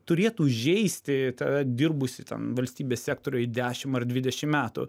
turėtų žeisti tave dirbusį ten valstybės sektoriuj dešim ar dvidešim metų